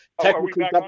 technically